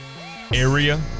area